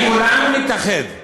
אם כולנו נתאחד,